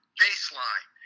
baseline